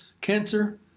Cancer